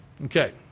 Okay